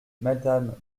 madame